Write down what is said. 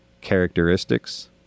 characteristics